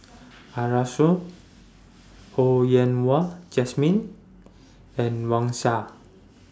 Arasu Ho Yen Wah Jesmine and Wang Sha